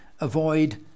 avoid